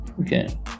Okay